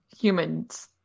humans